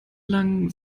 lang